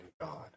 God